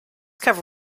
cover